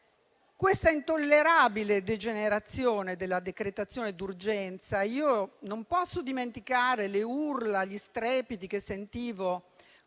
Questa intollerabile degenerazione della decretazione d'urgenza - non posso dimenticare le urla e gli strepiti che sentivo